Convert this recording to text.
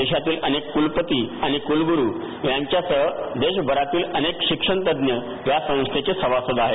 देशातील अनेक कुलपती आणि कुलगुरु यांच्यासह देशभरातील अनेक शिक्षणतज्ज्ञ या संस्थेचे सभासद आहेत